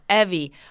Evie